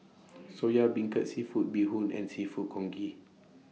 Soya Beancurd Seafood Bee Hoon and Seafood Congee